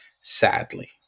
sadly